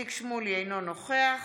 אינו נוכח